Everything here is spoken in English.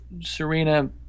Serena